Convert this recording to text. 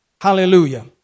Hallelujah